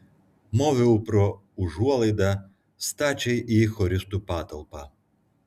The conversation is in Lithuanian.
moviau pro užuolaidą stačiai į choristų patalpą